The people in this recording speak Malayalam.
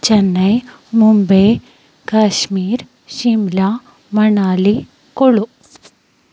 ചെന്നൈ മുംബൈ കാശ്മീർ ഷിംല മണാലി കുളു